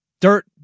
Dirt